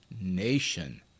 nation